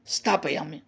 स्थापयामि